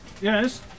Yes